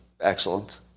excellent